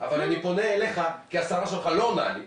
אבל אני פונה אליך כי השרה שלך לא עונה לי.